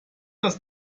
das